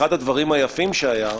אחד הדברים היפים שהיו,